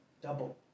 double